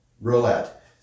roulette